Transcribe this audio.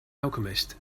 alchemist